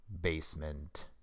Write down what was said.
basement